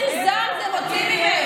האמת שאני, תראי איזה זעם מוציא ממך